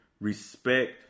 respect